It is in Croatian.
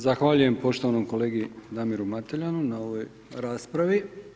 Zahvaljujem poštovanom kolegi Damiru Mateljanu na ovoj raspravi.